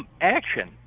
action